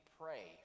pray